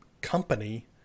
company